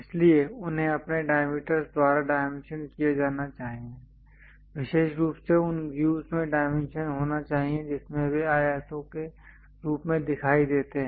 इसलिए उन्हें अपने डायमीटरस् द्वारा डायमेंशन किया जाना चाहिए विशेष रूप से उन व्यूज में डायमेंशन होना चाहिए जिसमें वे आयतों के रूप में दिखाई देते हैं